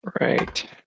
Right